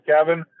Kevin